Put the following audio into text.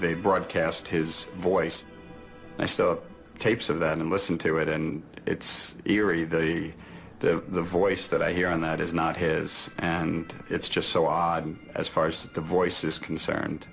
they broadcast his voice i saw tapes of that and listened to it and it's eerie the the voice that i hear on that is not his and it's just so odd as far as the voice is concerned